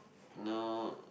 now